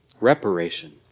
reparation